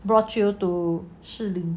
brought you to 士林